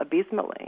abysmally